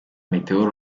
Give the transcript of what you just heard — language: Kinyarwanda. meteo